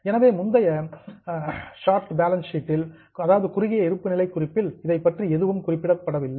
எனவே முந்தைய short balance sheet குறுகிய இருப்புநிலை குறிப்பில் இதைப் பற்றி எதுவும் குறிப்பிடவில்லை